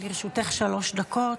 לרשותך שלוש דקות.